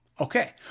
Okay